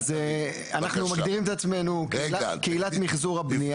אנחנו מגדירים את עצמנו קהילת מחזור הבנייה.